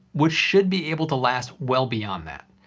which should be able to last well beyond that.